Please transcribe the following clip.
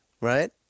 right